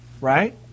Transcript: Right